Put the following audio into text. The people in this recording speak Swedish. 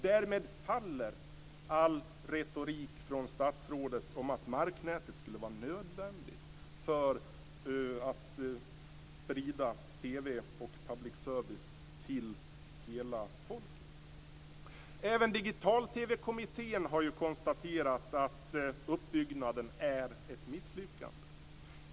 Därmed faller all retorik från statsrådet om att marknätet skulle vara nödvändigt för att sprida TV och public service till hela folket. Även Digital-TV-kommittén har konstaterat att uppbyggnaden är ett misslyckande.